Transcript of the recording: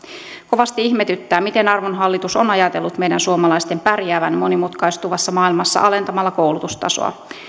kovasti ihmetyttää miten arvon hallitus on ajatellut meidän suomalaisten pärjäävän monimutkaistuvassa maailmassa alentamalla koulutustasoa